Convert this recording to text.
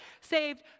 Saved